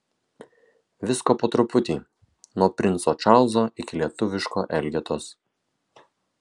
visko po truputį nuo princo čarlzo iki lietuviško elgetos